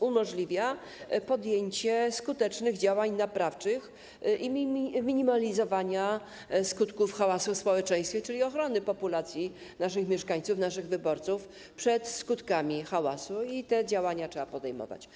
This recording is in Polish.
umożliwia podjęcie skutecznych działań naprawczych i minimalizowanie skutków hałasu w społeczeństwie, czyli ochronę populacji naszych mieszkańców, naszych wyborców przed skutkami hałasu, i te działania trzeba podejmować.